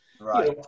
Right